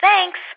Thanks